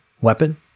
weapon